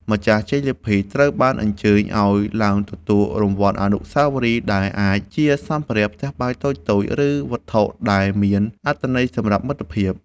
ម្ចាស់ជ័យលាភីត្រូវបានអញ្ជើញឱ្យឡើងទទួលរង្វាន់អនុស្សាវរីយ៍ ដែលអាចជាសម្ភារៈផ្ទះបាយតូចៗ ឬវត្ថុដែលមានអត្ថន័យសម្រាប់មិត្តភាព។